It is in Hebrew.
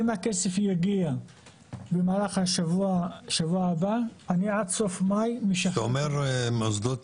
אם הכסף יגיע במהלך השבוע-שבוע הבא --- כשאתה אומר מוסדות